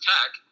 Tech